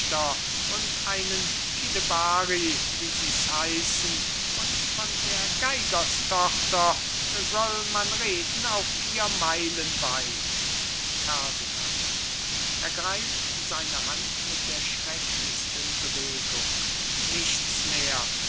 und einen kidebarri wie sie's heißen und von der geigerstochter soll man reden auf vier meilen weit ferdinand ergreift seine hand mit der schrecklichsten bewegung nichts mehr